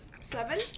Seven